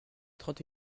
trente